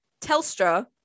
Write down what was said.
Telstra